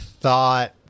thought